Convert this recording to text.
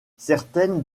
certaines